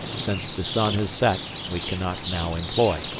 since the sun has set, we cannot now employ.